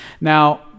Now